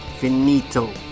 finito